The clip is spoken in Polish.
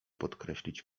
podkreślić